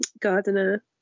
gardener